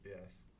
Yes